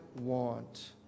want